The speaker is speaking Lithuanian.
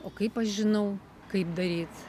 o kaip aš žinau kaip daryt